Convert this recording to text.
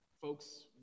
folks